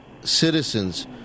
citizens